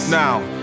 now